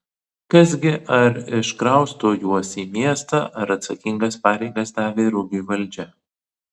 kas gi ar iškrausto juos į miestą ar atsakingas pareigas davė rugiui valdžia